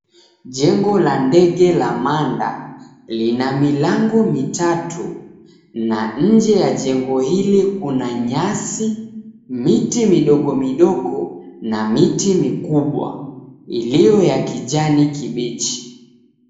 Jengo la ndege la manda lina milango mitatu na nje ya jengo hili kuna nyasi, miti midogo midogo, na miti mikubwa iliyo ya kijani kibichi.